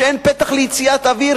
כשאין פתח ליציאת אוויר,